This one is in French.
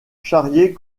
charrier